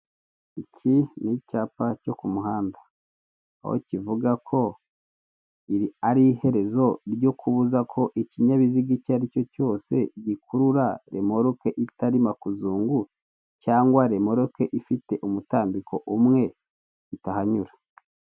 Iki ni icyapa cyo kumuhanda kivuga ko ari iherezo ryo kuvugako ikinyabiziga gikurura rumoroki itari makuzungu cyangwa rimoroki ifite imitambiko irenze imwe itahanyura.